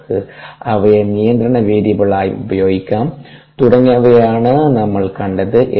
നമുക്ക് അവയെ നിയന്ത്രണ വേരിയബിളായും ഉപയോഗിക്കാം തുടങ്ങിയവയാണ് നമ്മൾ കണ്ടത്